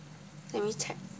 let me check